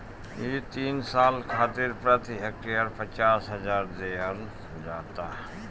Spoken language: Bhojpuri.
इ तीन साल खातिर प्रति हेक्टेयर पचास हजार देहल जाला